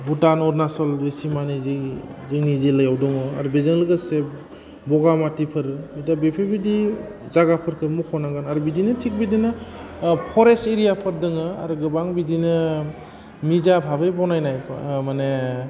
भुटान अरुनाचलनि सिमानि जि जोंनि जिल्लायाव दङ आरो बेजों लोगोसे बगामाथिफोर दा बेफोरबायदि जागाफोरखौ मख'नांगोन आरो बिदिनो थिग बिदिनो फरेस्ट एरियाफोर दङ आरो गोबां बिदिनो निजा भाबै बनायनाय माने